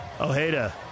Ojeda